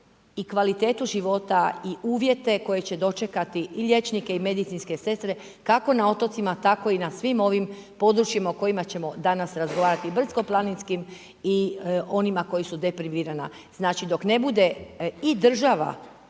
i kvalitetu života i uvjete koje će dočekati i liječnike i medicinske sestre kako na otocima tako i na svim ovim područjima o kojima ćemo danas razgovarati, brdsko-planinskim i onima koji su deprivirana. Znači dok ne bude i država